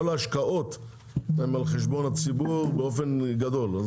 כל ההשקעות הן על חשבון הציבור באופן גדול.